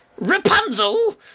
Rapunzel